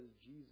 Jesus